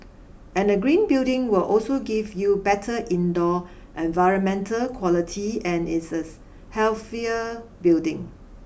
and a green building will also give you better indoor environmental quality and is healthier building